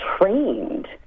trained